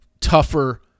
tougher